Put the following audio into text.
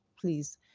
please